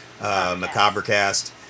Macabrecast